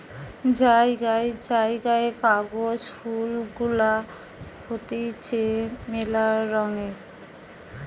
জায়গায় জায়গায় কাগজ ফুল গুলা হতিছে মেলা রঙের